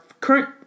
current